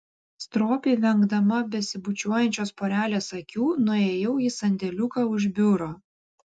stropiai vengdama besibučiuojančios porelės akių nuėjau į sandėliuką už biuro